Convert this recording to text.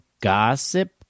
Gossip